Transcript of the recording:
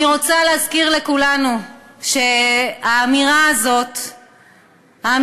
אני רוצה להזכיר לכולנו שהאמירה הזאת באה